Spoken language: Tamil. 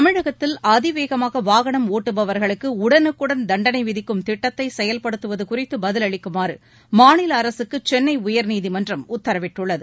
தமிழகத்தில் அதிவேகமாக வாகனம் ஒட்டுபவர்களுக்கு உடனுக்குடன் தன்டனை விதிக்கும் திட்டத்தை செயல்படுத்துவது குறித்து பதிலளிக்குமாறு மாநில அரசுக்கு சென்னை உயர்நீதிமன்றம் உக்கரவிட்டுள்ளது